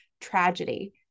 tragedy